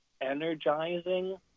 energizing